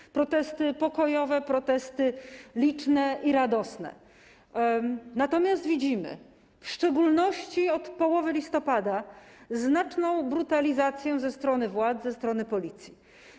To są protesty pokojowe, protesty liczne i radosne, natomiast widzimy, w szczególności od połowy listopada, znaczną brutalizację ze strony władz, ze strony policji.